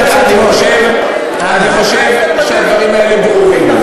אני חושב שהדברים האלה ברורים.